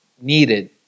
needed